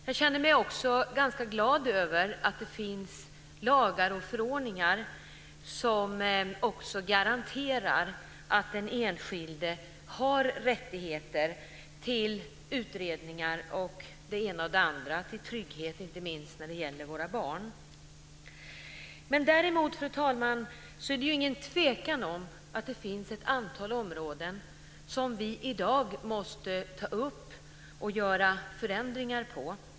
Jag känner mig också ganska glad över att det finns lagar och förordningar som garanterar att den enskilde bl.a. har rätt att få utredningar gjorda, inte minst till trygghet för sina barn. Däremot, fru talman, är det inget tvivel om att vi i dag måste ta upp ett antal områden för att genomföra förändringar.